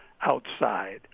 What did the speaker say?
outside